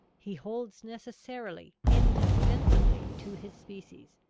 he holds necessarily, indispensably, to his species.